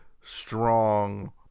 strong